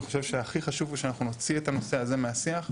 ואני חושב שהכי חשוב הוא שאנחנו נוציא את הנושא הזה מהשיח,